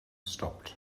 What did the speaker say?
stopped